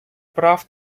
прав